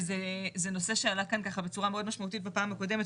זה נושא שעלה כאן בצורה מאוד משמעותית בפעם הקודמת,